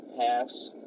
pass